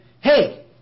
Hey